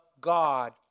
God